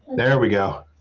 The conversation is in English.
there we go.